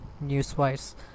news-wise